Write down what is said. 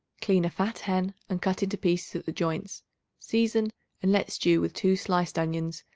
clean a fat hen and cut into pieces at the joints season and let stew with two sliced onions,